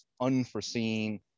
unforeseen